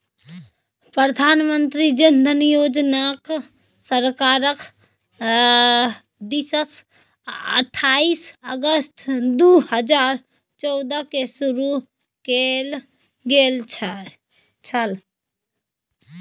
प्रधानमंत्री जन धन योजनाकेँ सरकारक दिससँ अट्ठाईस अगस्त दू हजार चौदहकेँ शुरू कैल गेल छल